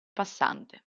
passante